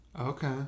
okay